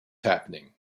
happening